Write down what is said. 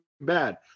bad